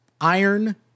iron